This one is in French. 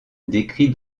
décrits